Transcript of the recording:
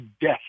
death